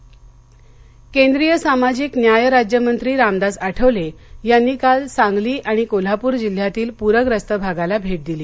सांगली केंद्रीय सामाजिक न्याय राज्यमंत्री रामदास आठवले यांनी काल सांगली कोल्हापूर जिल्ह्यातील पूर्यस्त भागाला भेट दिली